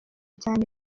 cyane